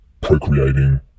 procreating